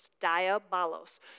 diabolos